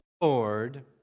Lord